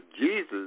jesus